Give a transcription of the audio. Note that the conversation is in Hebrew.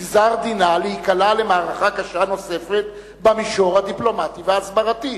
נגזר דינה להיקלע למערכה קשה נוספת במישור הדיפלומטי וההסברתי.